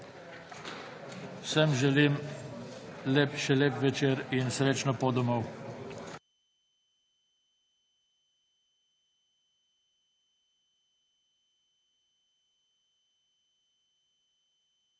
Vsem želim lep večer in srečno pot domov!